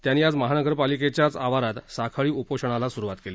त्यांनी आज पालिकेच्याच आवारात साखळी उपोषणाला सुरूवात केली